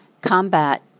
combat